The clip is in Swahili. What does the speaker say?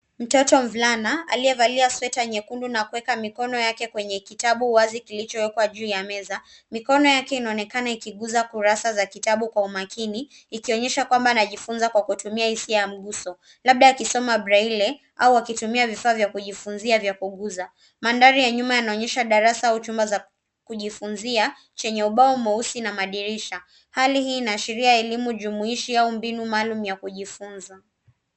Mtoto mvulana aliyevalia sweta nyekundu na kuweka mikono yake kwenye kitabu wazi kilichowekwa juu ya meza. Mikono yake inaonekana ikigusa kurasa za kitabu kwa umakini ikionyesha kwamba anajifunza kwa kutumia hisia ya mguso labda akisoma braille au akitumia vifaa vya kujifunzia vya kugusa. Mandhari ya nyuma yanaonyesha darasa au chumba za kujifunzia chenye ubao mweusi na madirisha. Hali hii inaashiria elimu jumuishi au mbinu maalum ya kujifunza.